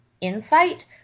insight